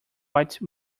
white